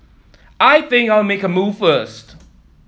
I think you'll make a move first